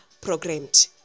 programmed